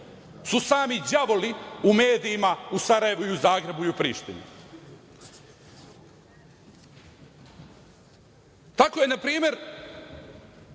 su sami đavoli u medijima u Sarajevu, u Zagrebu i u Prištini. Tako je npr.